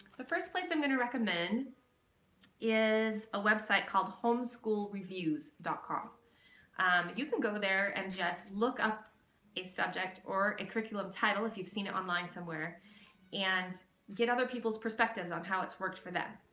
the first place i'm gonna recommend is a website called home school reviews dot com you can go there and just look up a subject or a curriculum title if you've seen it online somewhere and get other people's perspectives on how it's worked for them.